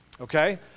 Okay